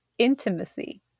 Intimacy